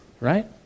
Right